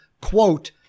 quote